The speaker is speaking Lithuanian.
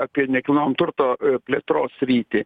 apie nekilnojamo turto plėtros sritį